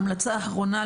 המלצה אחרונה,